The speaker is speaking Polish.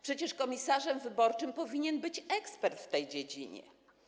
Przecież komisarzem wyborczym powinien być ekspert w tej dziedzinie.